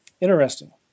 interesting